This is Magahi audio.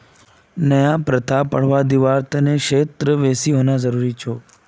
नया प्रथाक बढ़वा दीबार त न क्षेत्र दिवसेर होना जरूरी छोक